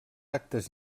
actes